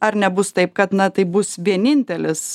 ar nebus taip kad na tai bus vienintelis